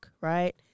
right